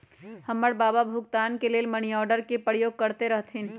हमर बबा भुगतान के लेल मनीआर्डरे के प्रयोग करैत रहथिन